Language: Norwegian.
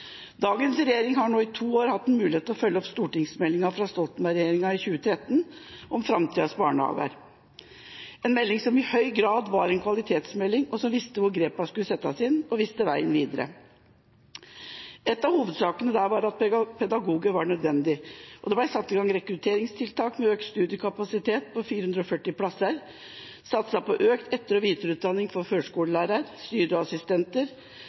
Dagens regjering har nå i to år hatt mulighet til å følge opp stortingsmeldinga fra Stoltenberg-regjeringa i 2013 om framtidas barnehager, en melding som i høy grad var en kvalitetsmelding, som viste hvor grepene skulle settes inn, og viste veien videre. En av hovedsakene der var at pedagoger var nødvendig, og det ble satt i gang rekrutteringstiltak med økt studiekapasitet på 440 plasser, satset på økt etter- og videreutdanning for førskolelærere, styrere og assistenter